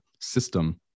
system